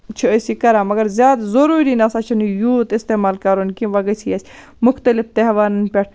چھِ أسۍ یہِ کران مَگر زیادٕ ضروٗری نہ سا چھُنہٕ یہِ یوٗت اِستعمال کَرُن کیٚنٛہہ وۄنۍ گٔژھی اَسہِ مُختٔلِف تہوارَن پٮ۪ٹھ